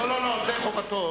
לא, לא, זו חובתו.